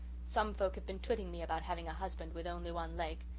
some folks have been twitting me about having a husband with only one leg.